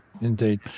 indeed